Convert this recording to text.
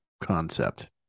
concept